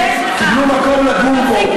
אתה נחלצת.